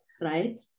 right